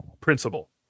principle